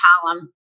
column